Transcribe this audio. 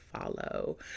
follow